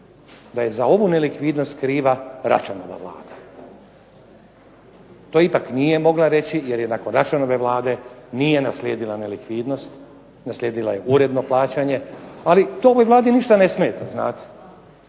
da je za ovu nelikvidnost kriva Račanova Vlada. To ipak nije mogla reći, jer je nakon Račanove Vlade nije naslijedila nelikvidnost. Naslijedila je uredno plaćanje, ali to ovoj Vladi ništa ne smeta, znate.